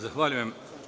Zahvaljujem.